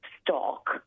stock